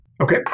Okay